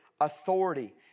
authority